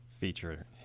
feature